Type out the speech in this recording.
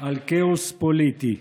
על כאוס פוליטי.